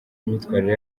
imyitwarire